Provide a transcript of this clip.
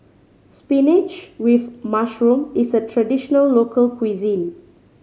spinach with mushroom is a traditional local cuisine